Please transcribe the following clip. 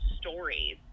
stories